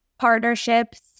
partnerships